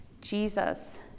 Jesus